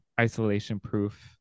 isolation-proof